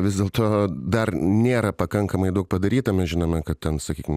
vis dėlto dar nėra pakankamai daug padaryta mes žinome kad ten sakykim